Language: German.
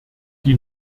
die